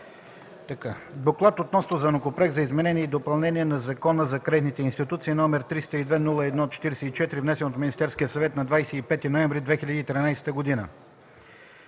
„Доклад относно Законопроект за изменение и допълнение на Закона за кредитните институции, № 302-01-44, внесен от Министерския съвет на 25 ноември 2013 г.